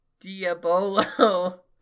Diabolo